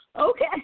Okay